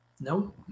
no